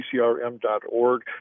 pcrm.org